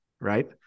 right